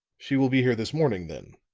she will be here this morning, then?